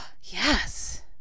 yes